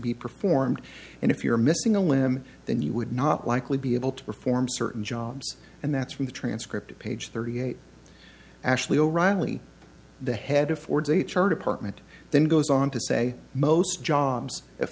be performed and if you're missing a limb then you would not likely be able to perform certain jobs and that's from the transcript page thirty eight actually o'reilly the head of ford's h r department then goes on to say most jobs at